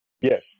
Yes